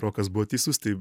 rokas buvo teisus tai